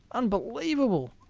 unbelievable!